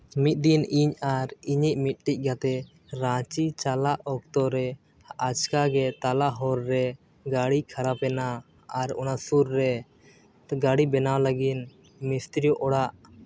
ᱢᱤᱫ ᱫᱤᱱ ᱤᱧ ᱟᱨ ᱤᱧᱤᱧ ᱢᱤᱫᱴᱤᱡ ᱜᱟᱛᱮ ᱨᱟᱸᱪᱤ ᱪᱟᱞᱟᱜ ᱚᱠᱛᱚ ᱨᱮ ᱟᱪᱠᱟ ᱜᱮ ᱛᱟᱞᱟ ᱦᱚᱨ ᱨᱮ ᱜᱟᱹᱲᱤ ᱠᱷᱟᱨᱟᱯᱮᱱᱟ ᱟᱨ ᱚᱱᱟ ᱥᱩᱨ ᱨᱮ ᱜᱟᱹᱲᱤ ᱵᱮᱱᱟᱣ ᱞᱟᱹᱜᱤᱫ ᱢᱤᱥᱛᱨᱤ ᱚᱲᱟᱜ